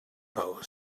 pose